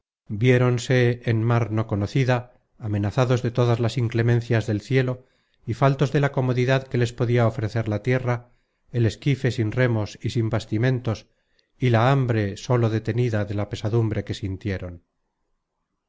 sucedida viéronse en mar no conocida amenazados de todas las inclemencias del cielo y faltos de la comodidad que les podia ofrecer la tierra el esquife sin remos y sin bastimentos y la hambre sólo detenida de la pesadumbre que sintieron